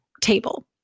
table